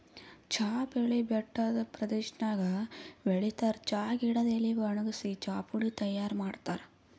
ಚಾ ಬೆಳಿ ಬೆಟ್ಟದ್ ಪ್ರದೇಶದಾಗ್ ಬೆಳಿತಾರ್ ಚಾ ಗಿಡದ್ ಎಲಿ ವಣಗ್ಸಿ ಚಾಪುಡಿ ತೈಯಾರ್ ಮಾಡ್ತಾರ್